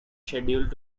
scheduled